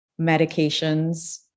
medications